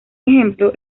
ejemplo